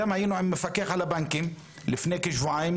גם היינו עם המפקח על הבנקים לפני כשבועיים,